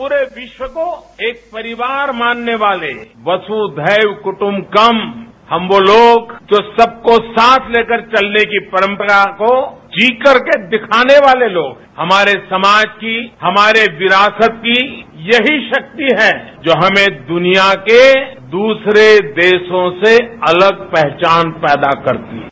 पूरे विश्व को एक परिवार मानने वाले वसुधैव कुटुंबकम हम वो लोग जो सबको साथ लेकर चलने की परंपरा को जी करके दिखाने वाले लोग हमारे समाज की हमारे विरासत की यही शक्ति है जो हमें दुनिया के द्सरे देशों से अलग पहचान पैदा करती है